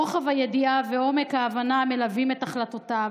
רוחב הידיעה ועומק ההבנה המלווים את החלטותיו,